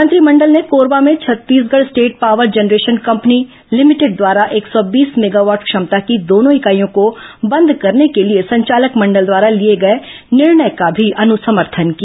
मंत्रिमंडल ने कोरबा में Chhattisgarh state power generation company limited द्वारा एक सौ बीस मेगावॉट क्षमता की दोनों इकाइयों को बंद करने के लिए संचालक मंडल द्वारा लिए गए निर्णय का भी अनुसमर्थन किया